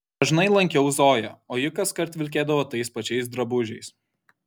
dažnai lankiau zoją o ji kaskart vilkėdavo tais pačiais drabužiais